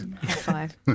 five